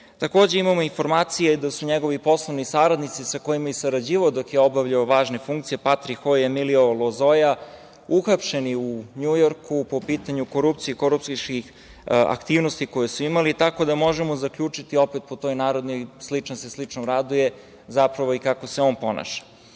afera. Imamo informacije da su njegovi poslovni saradnici sa kojima je sarađivao dok je obavljao važne funkcije, Patrik Ho i Emilio Lozoja uhapšeni u Njujorku po pitanju korupcije, korupcijskih aktivnosti koje su imali, tako da možemo zaključiti opet po toj narodnoj – sličan se sličnom raduje, zapravo i kako se on